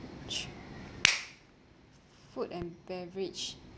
sure food and beverage